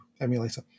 emulator